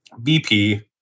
BP